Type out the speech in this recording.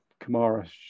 kamara